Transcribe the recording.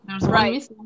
right